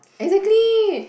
exactly